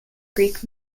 greek